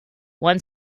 one